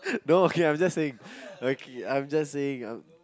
now okay I'm just saying okay I'm just saying um